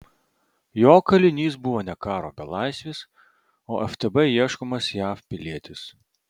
jo kalinys buvo ne karo belaisvis o ftb ieškomas jav pilietis